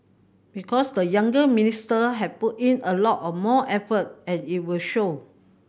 because the younger minister have put in a lot more effort and it will show